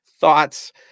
Thoughts